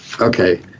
okay